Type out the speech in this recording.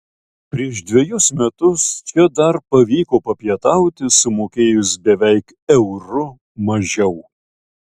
prieš dvejus metus čia dar pavyko papietauti sumokėjus beveik euru mažiau